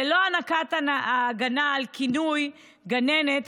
ללא הענקת ההגנה על הכינוי "גננת",